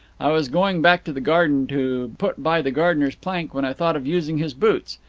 i was going back to the garden to put by the gardener's plank, when i thought of using his boots.